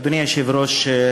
אדוני היושב-ראש,